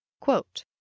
quote